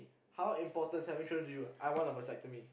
how important's having children to you I want a vasectomy